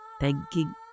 Thanking